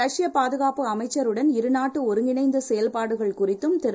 ரஷ்யபாதுகாப்புஅமைச்சருடன்இருநாட்டுஒருங்கிணைந்தசெயல்பாடுகள்குறித்தும் திரு